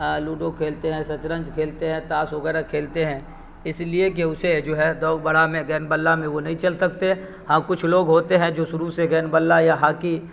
ludo کھیلتے ہیں شطرنج کھیلتے ہیں تاش وغیرہ کھیلتے ہیں اس لیے کہ اسے جو ہے دوگ بڑا میں گین بلہ میں وہ نہیں چل سکتے ہاں کچھ لوگ ہوتے ہیں جو شروع سے گین بلہ یا ہاکی